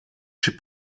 czy